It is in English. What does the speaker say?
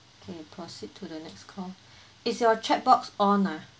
okay proceed to the next call is your checkbox on ah